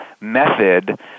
method